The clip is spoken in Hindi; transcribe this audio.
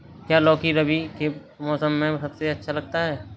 क्या लौकी रबी के मौसम में सबसे अच्छा उगता है?